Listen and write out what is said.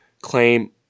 claim